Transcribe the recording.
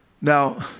Now